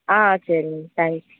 ஆ சரிங்க தேங்க்ஸ்